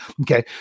Okay